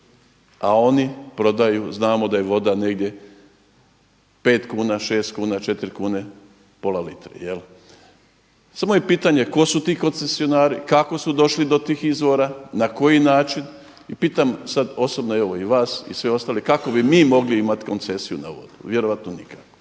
a oni prodaju znamo da je voda negdje 5, kuna, 6 kuna, 4 kuna pola litre. Samo je pitanje tko su ti koncesionari, kako su došli do tih izvora, na koji način. I pitam sada osobno evo i vas i sve ostale kako bi mi mogli imati koncesiju na vodu? Vjerojatno nikako.